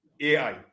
AI